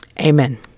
amen